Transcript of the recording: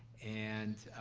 and